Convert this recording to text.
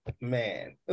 man